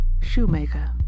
shoemaker